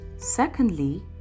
Secondly